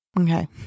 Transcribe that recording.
Okay